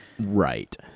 Right